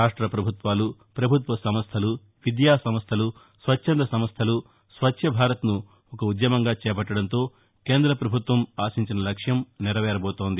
రాష్ట పభుత్వాలు పభుత్వ సంస్దలు విద్యా సంస్దలు స్వఛ్చంద సంస్దలు స్వఛ్ఛ భారత్ను ఒక ఉద్యమంగా చేపట్టడంతో కేంద్ర పభుత్వ ఆశించిన లక్ష్యం నెరవేరబోతోంది